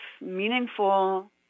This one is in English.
meaningful